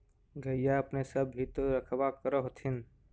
गईया अपने सब भी तो रखबा कर होत्थिन?